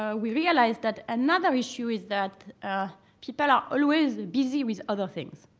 ah we realized that another issue is that ah people are always busy with other things.